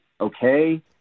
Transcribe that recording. okay